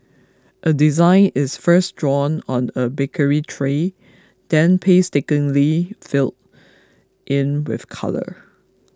a design is first drawn on a baking tray then painstakingly filled in with colour